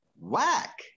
whack